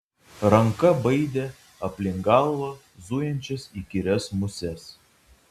ranka baidė aplink galvą zujančias įkyrias muses